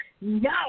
No